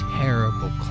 terrible